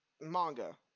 manga